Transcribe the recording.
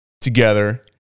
together